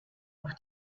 auf